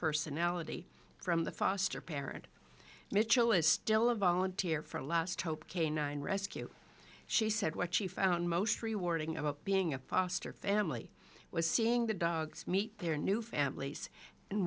personality from the foster parent mitchell is still a volunteer for last hope canine rescue she said what she found most rewarding about being a foster family was seeing the dogs meet their new families and